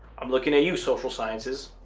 i'm looking at use social sciences,